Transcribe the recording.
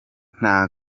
nta